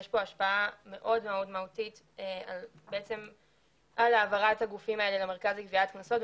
כרגע יש השפעה מאוד מהותית להעברת הגופים הללו למרכז לגביית קנסות.